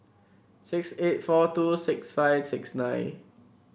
six eight four two six five six nine